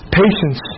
patience